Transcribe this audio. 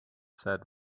said